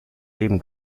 leben